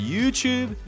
YouTube